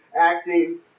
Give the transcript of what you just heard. acting